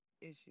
issue